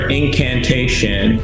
incantation